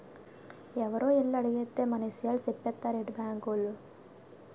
ఎవరో ఎల్లి అడిగేత్తే మన ఇసయాలు సెప్పేత్తారేటి బాంకోలు?